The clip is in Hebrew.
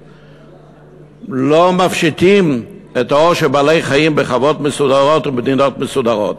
לא מפשיטים את העור של בעלי-חיים בחוות מסודרות ובמדינות מסודרות.